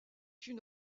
une